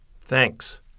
Thanks